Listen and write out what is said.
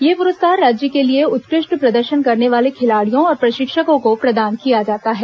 ये पुरस्कार राज्य के लिए उत्कृष्ट प्रदर्शन करने वाले खिलाड़ियों और प्रशिक्षकों को प्रदान किया जाता है